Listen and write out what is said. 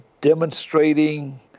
demonstrating